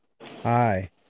Hi